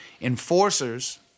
enforcers